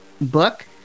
book